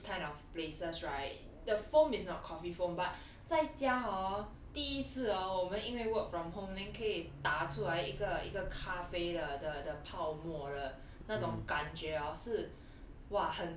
Gong Cha these kind of places right the foam is not coffee foam but 在家 hor 第一次 hor 我们因为 work from home then 可以打出来一个一个咖啡的的的泡沫的那种感觉 hor 是